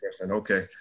okay